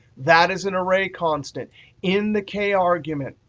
that is an array constant in the k argument.